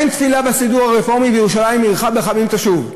אין בסידור הרפורמי תפילה "ולירושלים עירך ברחמים תשוב",